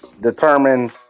determine